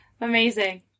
Amazing